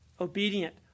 Obedient